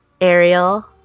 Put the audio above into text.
Ariel